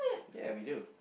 ya we do